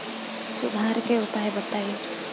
सुधार के उपाय बताई?